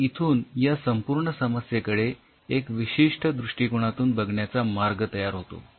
आणि इथून या संपूर्ण समस्येकडे एका विशिष्ठ दृष्टिकोनातून बघण्याचा मार्ग तयार होतो